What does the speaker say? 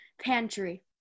pantry